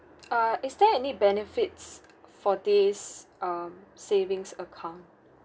uh is there any benefits for this um savings account